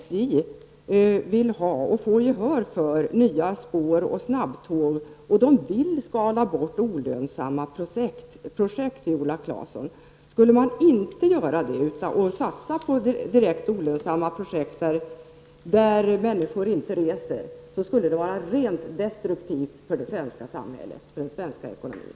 SJ vill ha och får gehör för nya spår och snabbtåg. De vill skala bort olönsamma projekt, Viola Claesson. Skulle man inte göra det, utan satsa på direkt olönsamma projekt, där människor inte reser, skulle det vara rent destruktivt för det svenska samhället och den svenska ekonomin.